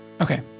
Okay